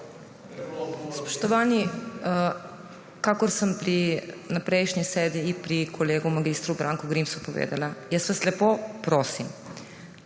Spoštovani, kakor sem na prejšnji seji pri kolegu mag. Branku Grimsu povedala, jaz vas lepo prosim,